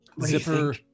Zipper